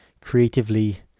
creatively